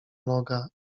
noga